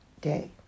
day